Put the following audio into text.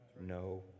No